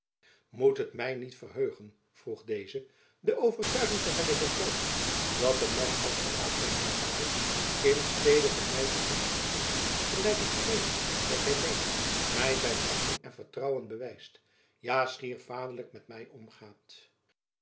moet het my niet verheugen vroeg deze de overtuiging te hebben bekomen dat een man als de raadpensionaris in stede van my te verachten gelijk ik vreesde dat hy deed my zijn achting en vertrouwen bewijst ja schier vaderlijk met my omgaat